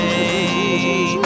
Hey